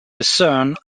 discern